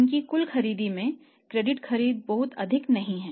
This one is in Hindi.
उनकी कुल खरीद में क्रेडिट खरीद बहुत अधिक नहीं है